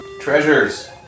Treasures